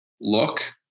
look